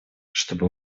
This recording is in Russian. чтобы